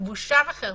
בושה וחרפה.